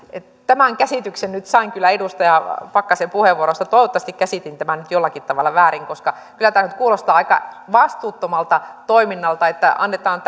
tämän käsityksen nyt sain kyllä edustaja pakkasen puheenvuorosta toivottavasti käsitin tämän nyt jollakin tavalla väärin koska kyllä tämä nyt kuulostaa aika vastuuttomalta toiminnalta että annetaan